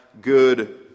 good